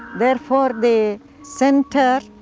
therefore the center,